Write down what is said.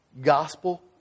gospel